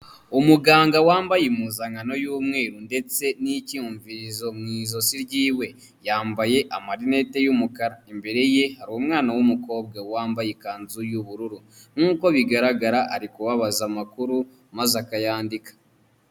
Umuganga wambaye impuzankano y'umweru ndetse n'icyumvirizo mu ijosi ryiwe, yambaye amarinete y'umukara, imbere ye hari umwana w'umukobwa wambaye ikanzu y'ubururu, nk'uko bigaragara ari kubabaza amakuru maze akayandika.